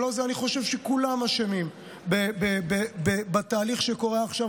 אני חושב שכולם אשמים בתהליך שקורה עכשיו.